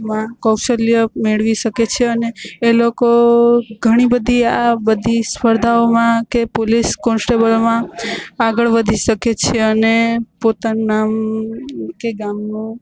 એમાં કૌશલ્ય મેળવી શકે છે અને એ લોકો ઘણી બધી આ બધી સ્પર્ધાઓમાં કે પુલીસ કોન્સ્ટેબલોમાં આગળ વધી શકે છે અને પોતાના કે ગામનું